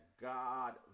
God